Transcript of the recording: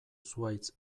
zuhaitz